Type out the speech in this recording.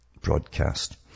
broadcast